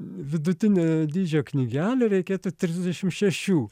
vidutinio dydžio knygelė reikėtų trisdešim šešių